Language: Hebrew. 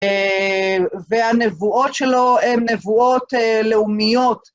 והנבואות שלו הן נבואות לאומיות.